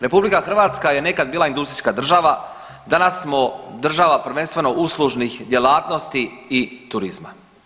RH je nekad bila industrijska država, danas smo država prvenstveno uslužnih djelatnosti i turizma.